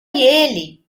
ele